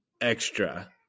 extra